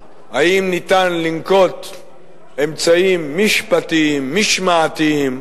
האם ניתן לנקוט אמצעים משפטיים, משמעתיים.